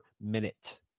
minute